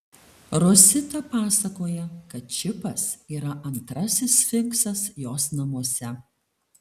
rosita pasakoja kad čipas yra antrasis sfinksas jos namuose